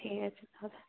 ঠিক আছে তাহলে